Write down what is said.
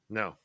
no